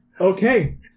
Okay